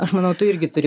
aš manau tu irgi turi